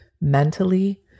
mentally